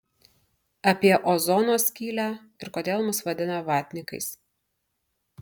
apie ozono skylę ir kodėl mus vadina vatnikais